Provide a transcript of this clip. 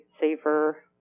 safer